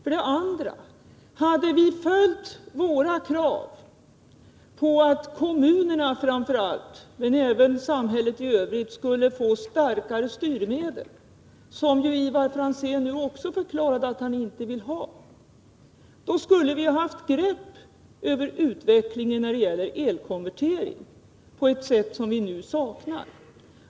Vidare: Hade man följt våra krav på att framför allt kommunerna men även samhället i övrigt skulle få starkare styrmedel — som Ivar Franzén nu också förklarar att han inte vill ha — skulle vi haft ett grepp över utvecklingen när det gäller elkonvertering på ett sätt som vi nu saknar.